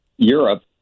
Europe